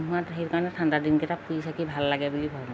নোহোৱাত সেইকাৰণে ঠাণ্ডা দিনকেইটা ফুৰি থাকি ভাল লাগে বুলি ভাবোঁ